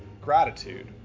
gratitude